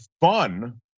fun